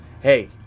hey